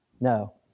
No